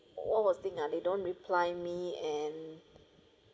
what was thing ah they don't reply me and